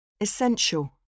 Essential